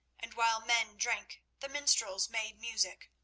and while men drank, the minstrels made music.